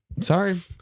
sorry